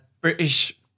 British